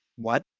what?